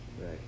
Right